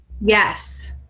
Yes